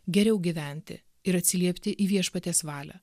geriau gyventi ir atsiliepti į viešpaties valią